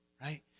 right